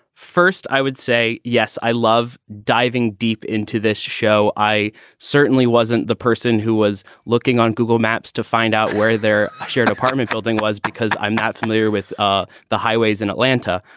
first, i would say yes. i love diving deep into this show. i certainly wasn't the person who was looking on google maps to find out where their shared apartment building was, because i'm not familiar with ah the highways in atlanta.